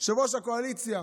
יושב-ראש הקואליציה.